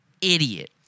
idiot